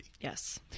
Yes